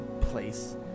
place